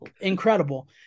incredible